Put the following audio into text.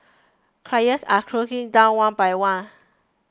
criers are closing down one by one